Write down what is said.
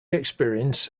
experience